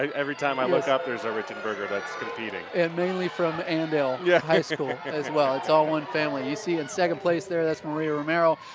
like every time i look out there's a reichenberger that's competing. cooper and mainly from andale yeah high school as well. it's all one family. you see in second place there that's maria romero.